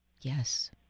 Yes